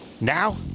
Now